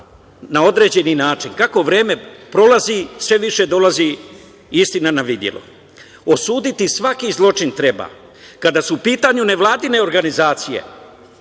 na određeni način. Kako vreme prolazi sve više dolazi istina na videlo. Osuditi svaki zločin treba. Kada su u pitanju nevladine organizacije,